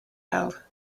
held